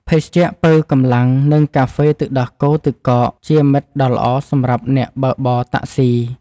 ភេសជ្ជៈប៉ូវកម្លាំង និងកាហ្វេទឹកដោះគោទឹកកក ជាមិត្តដ៏ល្អសម្រាប់អ្នកបើកបរតាក់ស៊ី។